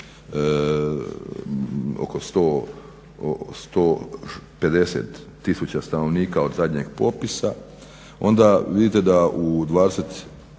oko 150 tisuća stanovnika od zadnjeg popisa, onda vidite da u 20,